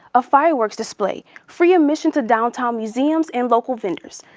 a fireworks display, free admission to downtown museums, and local vendors.